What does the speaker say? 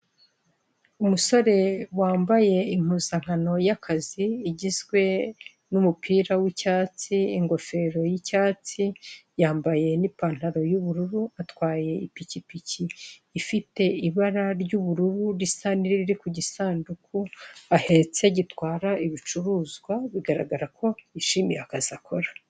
Umusore wambaye impuzankano y'akazi igizwe n'umupira w'icyatsi, ingofero y'icyatsi, yambaye n'ipantaro y'ubururu, atwaye ipikipiki ifite ibara ry'ubururu risa n'iriri ku gisanduku ahetse gitwara ibicuruzwa, bigaragara ko yishimiye akazi akora.